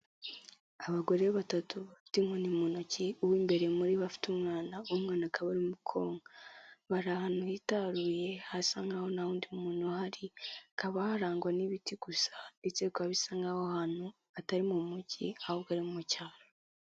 Abagore batatu bafite inkoni mu ntoki, uw'imbere muri bo afite umwana, uwo mwana akaba arimo konka. Bari ahantu hitaruye hasa nkaho nta wundi muntu uhari, hakaba harangwa n'ibiti gusa ndetse bikaba bisa nkaho aho hantu atari mu Mujyi ahubwo ari mu Cyaro.